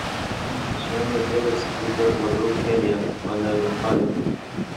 nes šiandien baterijos vis dar labiau chemija o ne elektronika